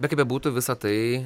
bet kaip bebūtų visa tai